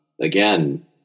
Again